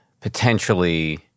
potentially